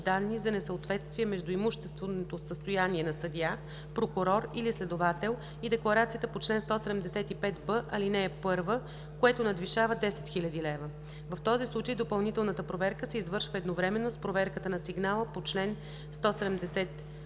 данни за несъответствие между имущественото състояние на съдия, прокурор или следовател и декларацията по чл. 175б, ал. 1, което надвишава 10 000 лв. В този случай допълнителната проверка се извършва едновременно с проверката на сигнала по чл. 175м